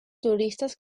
turistas